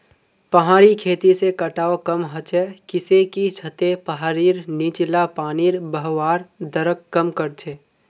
पहाड़ी खेती से कटाव कम ह छ किसेकी छतें पहाड़ीर नीचला पानीर बहवार दरक कम कर छे